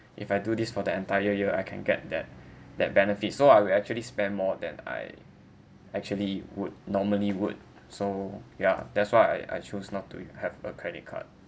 if I do this for the entire year I can get that that benefit so I will actually spend more than I actually would normally would so ya that's why I I choose not to have a credit card